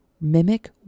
mimic